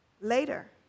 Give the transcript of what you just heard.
Later